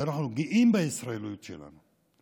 שאנחנו גאים בישראליות שלנו,